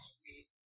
Sweet